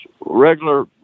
regular